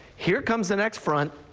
here comes the next front.